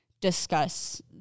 discuss